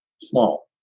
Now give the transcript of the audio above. small